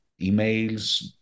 emails